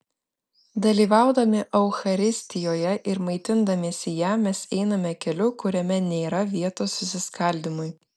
dalyvaudami eucharistijoje ir maitindamiesi ja mes einame keliu kuriame nėra vietos susiskaldymui